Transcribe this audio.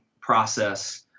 process